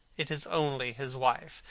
it is only his wife.